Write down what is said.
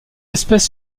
espèce